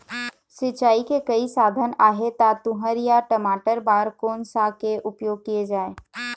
सिचाई के कई साधन आहे ता तुंहर या टमाटर बार कोन सा के उपयोग किए जाए?